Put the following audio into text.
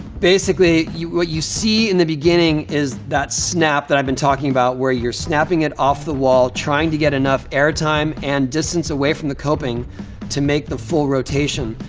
basically, what you see in the beginning is that snap that i've been talking about where you're snapping it off the wall, trying to get enough air time and distance away from the coping to make the full rotation.